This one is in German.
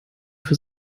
für